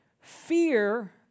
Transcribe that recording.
fear